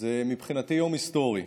זה מבחינתי יום היסטורי.